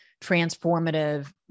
transformative